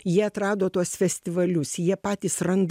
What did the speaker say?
jie atrado tuos festivalius jie patys randa